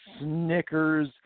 Snickers